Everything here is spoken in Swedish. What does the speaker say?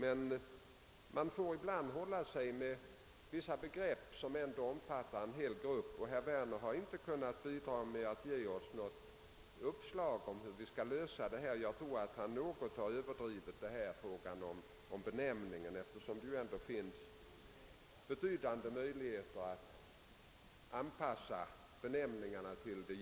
Ibland måste man hålla sig till vissa begrepp som omfattar en hel grupp, och herr Werner har inte beträffande arkivarbetarna kunnat bidra med något uppslag hur vi skall kunna lösa frågan på annat sätt. Jag tror att han har överdrivit benämmningens betydelse, eftersom det dock finns stora möjligheter att anpassa den efter gängse förhållanden.